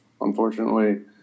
unfortunately